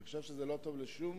אני חושב שזה לא טוב לשום